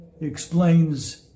explains